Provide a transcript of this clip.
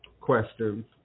questions